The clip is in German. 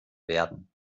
werden